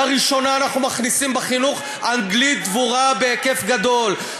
לראשונה אנחנו מכניסים בחינוך אנגלית דבוּרה בהיקף גדול,